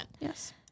Yes